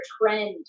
trend